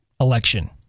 election